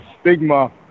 stigma